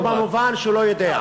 בור במובן שהוא לא יודע.